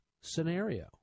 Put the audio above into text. scenario